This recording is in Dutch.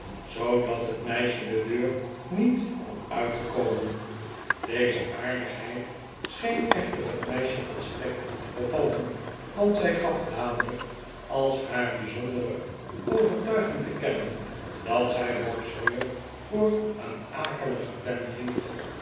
zoodat het meisje de deur niet kon uitkomen deze aardigheid scheen echter het meisje volstrekt niet te bevallen want zij gaf dadelijk als haar bijzondere overtuiging te kennen dat zij bob sawyer voor een rr akeligen vent hield